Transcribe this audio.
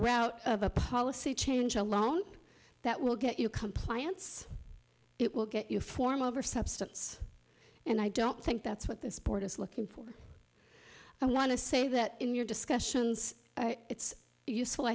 way out of a policy change alone that will get you compliance it will get you form over substance and i don't think that's what this board is looking for i want to say that in your discussions it's useful